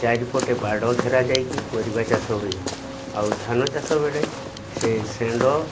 ଚାରିପଟେ ବାଡ଼ ଘେରା ଯାଇକି ପରିବା ଚାଷ ହୁଏ ଆଉ ଧାନ ଚାଷ ବେଳେ ସେ ଶଣ୍ଢ